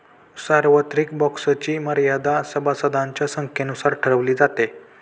सार्वत्रिक बँक्सची मर्यादा सभासदांच्या संख्येनुसार ठरवली जाते